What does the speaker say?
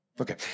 Okay